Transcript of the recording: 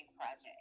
project